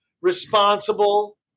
responsible